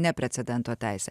ne precedento teisė